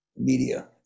media